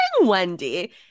Wendy